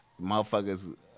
Motherfuckers